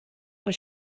was